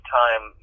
time